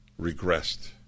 regressed